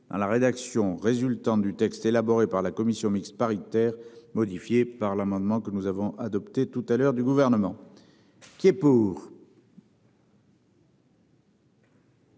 dans la rédaction résultant du texte élaboré par la commission mixte paritaire modifié par l'amendement que nous avons adopté tout à l'heure du gouvernement. Qui est pour.